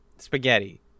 spaghetti